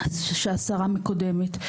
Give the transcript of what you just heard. שהשרה מקדמת.